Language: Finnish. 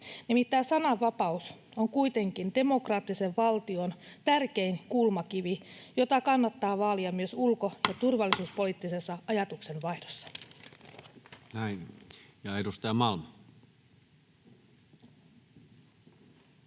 Nimittäin sananvapaus on kuitenkin demokraattisen valtion tärkein kulmakivi, jota kannattaa vaalia myös ulko- ja turvallisuuspoliittisessa ajatuksenvaihdossa. Näin. — Ja edustaja Malm.